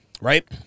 right